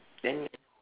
then